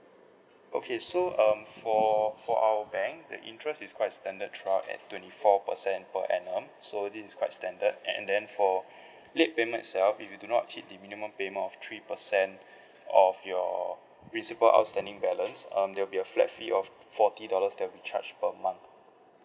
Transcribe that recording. okay so um for for our bank the interest is quite standard throughout at twenty four percent per annum so this is quite standard and then for late payment itself if you do not hit the minimum payment of three percent of your principal outstanding balance um there'll be a flat fee of forty dollars that will be charged per month